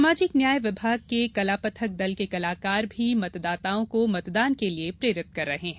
सामाजिक न्याय विभाग के कलापथक दल के कलाकार भी मतदाताओं को मतदान के लिए प्रेरित कर रहे हैं